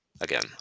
Again